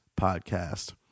podcast